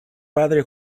padre